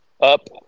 up